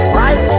right